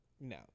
no